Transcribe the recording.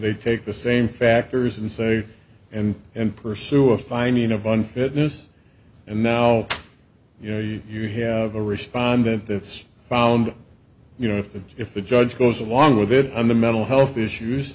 they take the same factors and say and and pursue a finding of unfitness and now you know you have a respondent that's found you know if the if the judge goes along with it and the mental health issues